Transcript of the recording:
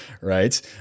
Right